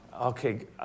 Okay